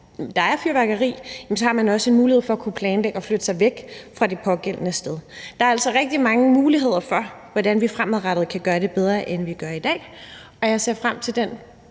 affyret fyrværkeri – så har man også en mulighed for at kunne planlægge det og flytte sig væk fra det pågældende sted. Der er altså rigtig mange muligheder for fremadrettet at gøre det bedre, end vi gør i dag. Og jeg ser frem til den